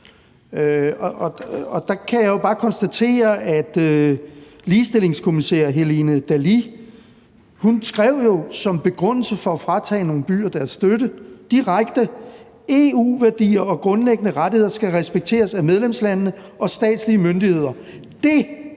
Der kan jeg jo bare konstatere, at ligestillingskommissær Helena Dalli som begrundelse for at fratage nogle byer deres støtte direkte har skrevet, at EU-værdier og grundlæggende rettigheder skal respekteres af medlemslandene og statslige myndigheder. Det